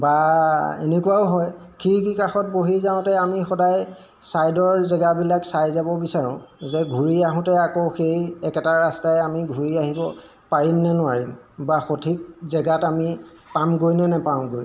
বা এনেকুৱাও হয় খিৰিকী কাষত বহি যাওঁতে আমি সদায় ছাইদৰ জেগাবিলাক চাই যাব বিচাৰোঁ যে ঘূৰি আহোঁতে আকৌ সেই একেটা ৰাস্তাই আমি ঘূৰি আহিব পাৰিম নে নোৱাৰিম বা সঠিক জেগাত আমি পামগৈ নে নাপাওঁগৈ